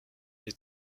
les